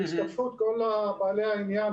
בהשתתפות כל בעלי העניין,